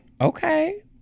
Okay